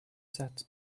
that